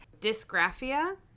Dysgraphia